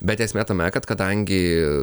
bet esmė tame kad kadangi